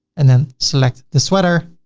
and then select the sweater.